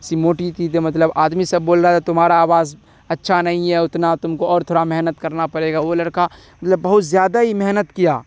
سی موٹی تھی تو مطلب آدمی سب بول رہا تھا تمہارا آواز اچھا نہیں ہے اتنا تم کو اور تھوڑا محنت کرنا پڑے گا وہ لڑکا مطلب بہت زیادہ ہی محنت کیا